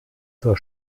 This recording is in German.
zur